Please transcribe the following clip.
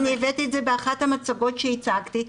אני הבאתי את זה באחת המצגות שהצגתי,